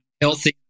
healthy